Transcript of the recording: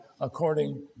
according